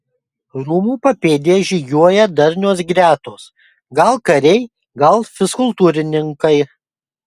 rūmų papėdėje žygiuoja darnios gretos gal kariai gal fizkultūrininkai